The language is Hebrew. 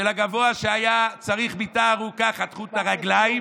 שלגבוה שהיה צריך מיטה ארוכה חתכו את הרגליים